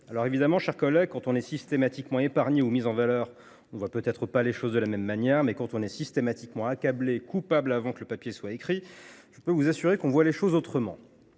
Évidemment, mes chers collègues, selon que l’on est systématiquement épargné ou mis en valeur, on ne voit pas les choses de la même manière, mais quand on est systématiquement accablé, coupable avant même que le papier soit écrit, je peux vous garantir que l’on voit les choses autrement…